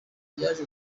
yaje